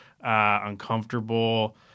uncomfortable